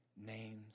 name's